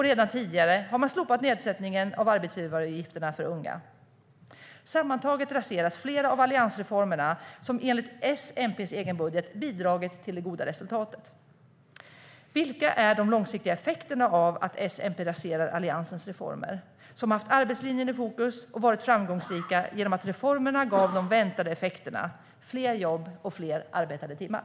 Redan tidigare har man slopat nedsättningen av arbetsgivaravgifterna för unga. Sammantaget raseras flera av alliansreformerna, som enligt S-MP:s egen budget bidragit till goda resultat. Vilka är de långsiktiga effekterna av att S-MP raserar Alliansens reformer? Reformerna har haft arbetslinjen i fokus och varit framgångsrika genom att de gav de väntade effekterna, det vill säga fler jobb och fler arbetade timmar.